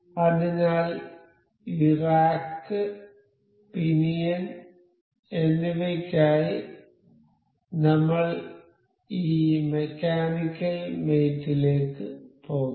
അതിനാൽ ഈ rack pinion എന്നിവയ്ക്കായി നമ്മൾ ഈ മെക്കാനിക്കൽ മേറ്റ് ലേക്ക് പോകും